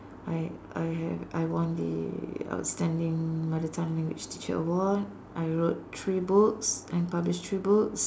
I I have I won the outstanding mother tongue language teacher award I wrote three books I published three books